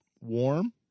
warm